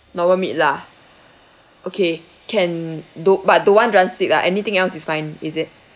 normal meat lah okay can don't~ but don't want drumstick lah anything else is fine is it